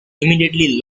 immediately